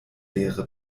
lehre